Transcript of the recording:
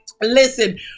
Listen